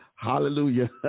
Hallelujah